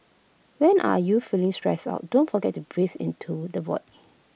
when are you feeling stressed out don't forget to breathe into the void